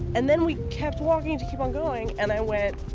and then we kept walking to keep on going. and i went,